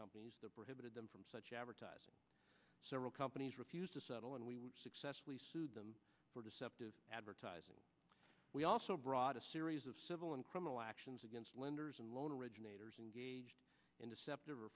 companies that prohibited them from such advertising several companies refused to settle and we successfully sued them for deceptive advertising we also brought a series of civil and criminal actions against lenders and loan originators engaged in deceptive or